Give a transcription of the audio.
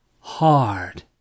hard